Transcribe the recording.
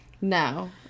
No